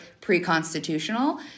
pre-constitutional